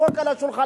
לדפוק על השולחנות,